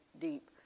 deep